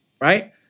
right